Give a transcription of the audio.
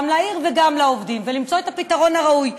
גם לעיר וגם לעובדים ולמצוא את הפתרון הראוי,